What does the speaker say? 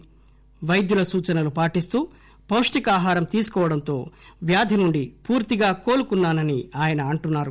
అయితే వైద్యుల సూచనలు పాటిస్తూ పాష్టికాహారం తీసుకోవడంతో వ్యాధి నుంచి పూర్తిగా కోలుకునానని అంటున్నారు